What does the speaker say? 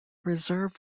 reserve